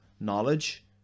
knowledge